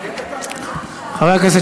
התשע"ו 2016,